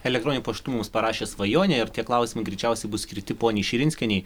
elektroniniu paštu mums parašė svajonė ir tie klausimai greičiausiai bus skirti poniai širinskienei